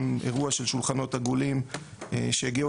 גם אירוע של שולחנות עגולים שהגיעו